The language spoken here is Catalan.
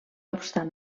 obstant